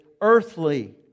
earthly